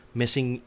missing